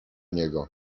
niego